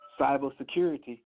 cybersecurity